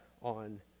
on